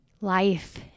life